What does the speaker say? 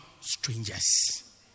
strangers